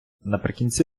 наприкінці